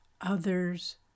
others